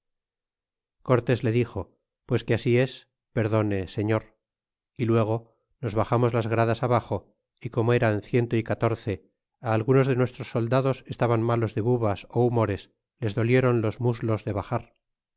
cortes le dixo pues que así es perdone señor é luego nos baxamos las gradas abaxo y como eran ciento y catorce á algunos de nuestros soldados estaban malos de bubas ó humores les dolieron los muslos de ba